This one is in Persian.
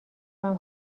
کنم